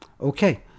Okay